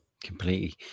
Completely